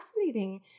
fascinating